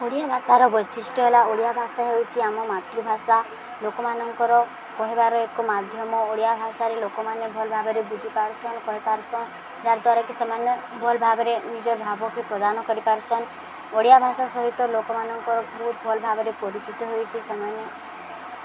ଓଡ଼ିଆ ଭାଷାର ବୈଶିଷ୍ଟ୍ୟ ହେଲା ଓଡ଼ିଆ ଭାଷା ହେଉଛି ଆମ ମାତୃଭାଷା ଲୋକମାନଙ୍କର କହିବାର ଏକ ମାଧ୍ୟମ ଓଡ଼ିଆ ଭାଷାରେ ଲୋକମାନେ ଭଲ୍ ଭାବରେ ବୁଝିପାରସନ୍ କହିପାରସନ୍ ଯାହାଦ୍ୱାରାକି ସେମାନେ ଭଲ୍ ଭାବରେ ନିଜର ଭାବକେ ପ୍ରଦାନ କରିପାରସନ୍ ଓଡ଼ିଆ ଭାଷା ସହିତ ଲୋକମାନଙ୍କର ବହୁତ ଭଲ ଭାବରେ ପରିଚିତ ହୋଇଛି ସେମାନେ